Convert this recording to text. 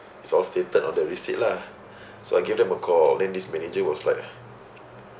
it's all stated on their receipt lah so I gave them a call then this manager was like